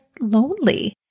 lonely